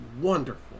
wonderful